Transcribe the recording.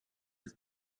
its